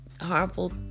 harmful